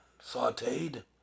sauteed